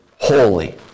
holy